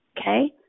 Okay